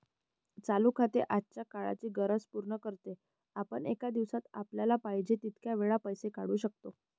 चालू खाते आजच्या काळाची गरज पूर्ण करते, आपण एका दिवसात आपल्याला पाहिजे तितक्या वेळा पैसे काढू शकतो